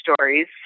stories